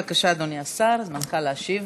בבקשה, אדוני השר, זמנך להשיב.